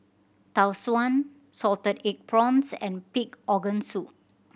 Tau Suan salted egg prawns and pig organ soup